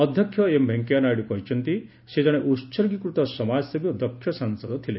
ଅଧ୍ୟକ୍ଷ ଏମ୍ ଭେଙ୍କେୟା ନାଇଡୁ କହିଛନ୍ତି ସେ ଜଣେ ଉହର୍ଗୀକୃତ ସମାଜସେବୀ ଓ ଦକ୍ଷ ସାଂସଦ ଥିଲେ